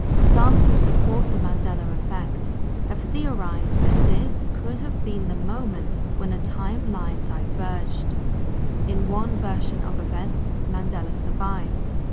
some who support the mandela effect have theorised that this could have been the moment when a timeline diverged in one version of events, mandela survived,